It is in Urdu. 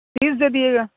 تیس دے دیے گا